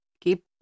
keep